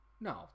No